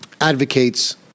advocates